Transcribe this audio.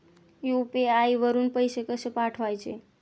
UPI वरून पैसे कसे पाठवायचे?